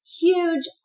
huge